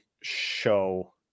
show